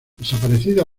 desaparecida